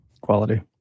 quality